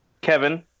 Kevin